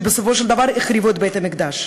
שבסופו של דבר החריבו את בית-המקדש.